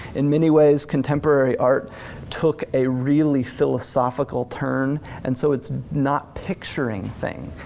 and many ways contemporary art took a really philosophical turn and so it's not picturing thing.